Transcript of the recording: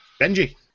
Benji